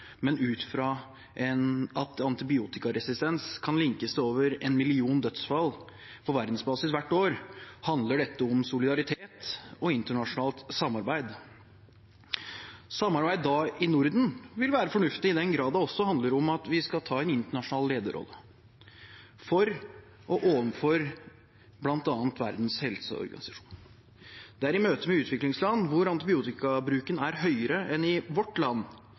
men ut fra at antibiotikaresistens kan linkes til over en million dødsfall på verdensbasis hvert år, handler dette om solidaritet og internasjonalt samarbeid. Samarbeid i Norden vil da være fornuftig, i den grad det også handler om at vi skal ta en internasjonal lederrolle for dette overfor bl.a. Verdens helseorganisasjon. Det er i møte med utviklingsland hvor antibiotikabruken er høyere enn i vårt land,